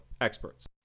experts